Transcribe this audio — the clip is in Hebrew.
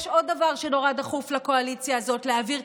יש עוד דבר שנורא דחוף לקואליציה הזאת להעביר,